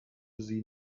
sie